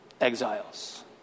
exiles